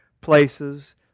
places